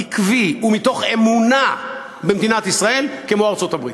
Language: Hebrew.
עקבי ומתוך אמונה במדינת ישראל כמו ארצות-הברית.